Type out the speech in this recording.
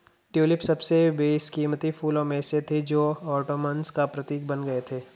tulip सबसे बेशकीमती फूलों में से थे जो ओटोमन्स का प्रतीक बन गए थे